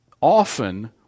Often